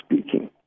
speaking